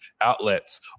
outlets